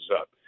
up